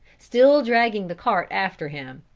still dragging the cart after him.